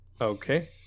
Okay